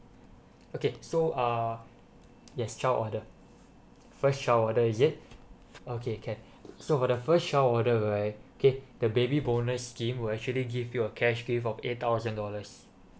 okay so uh yes child order first child order is it okay can so for the first child order right okay the baby bonus scheme will actually give you a cash gift of eight thousand dollars